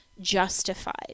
justified